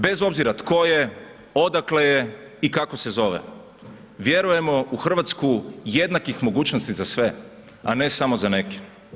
Bez obzira tko je, odakle je i kako se zove, vjerujemo u Hrvatsku jednakih mogućnosti za sve a ne samo za neke.